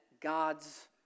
God's